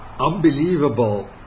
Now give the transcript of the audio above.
unbelievable